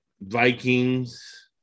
Vikings